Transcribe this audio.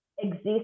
Exist